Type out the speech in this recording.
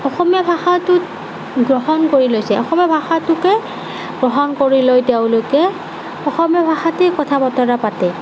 অসমীয়া ভাষাটোত গ্ৰহণ কৰি লৈছে অসমীয়া ভাষাটোকে গ্ৰহণ কৰি লৈ তেওঁলোকে অসমীয়া ভাষাতেই কথা বতৰা পাতে